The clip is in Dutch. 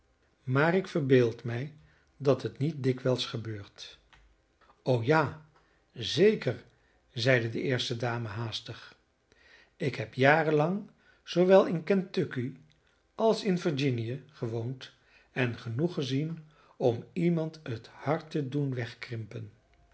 maar ik verbeeld mij dat het niet dikwijls gebeurt o ja zeker zeide de eerste dame haastig ik heb jarenlang zoowel in kentucky als in virginië gewoond en genoeg gezien om iemand het hart te doen wegkrimpen